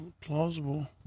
plausible